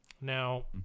Now